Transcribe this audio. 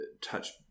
touch